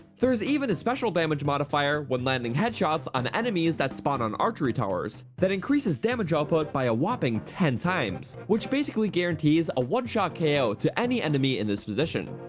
there's even a special damage modifier when landing headshots on enemies that spawn on archery towers, that increases damage output by a whopping ten times which basically guarantees a one shot ko ah to any enemy in this position.